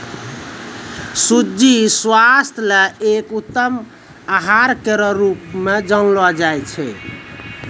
सूजी स्वास्थ्य ल एक उत्तम आहार केरो रूप म जानलो जाय छै